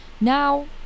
now